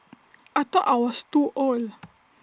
I thought I was too old